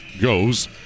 goes